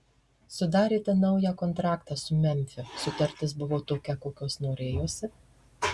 sudarėte naują kontraktą su memfiu sutartis buvo tokia kokios norėjosi